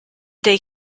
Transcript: they